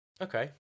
Okay